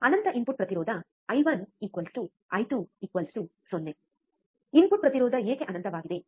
ಅನಂತ input ಪ್ರತಿರೋಧ I one I two 0 I1 I2 0 input ಪ್ರತಿರೋಧ ಏಕೆ ಅನಂತವಾಗಿದೆ